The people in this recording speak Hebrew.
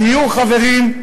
הדיור, חברים,